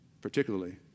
particularly